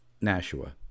Nashua